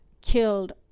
killed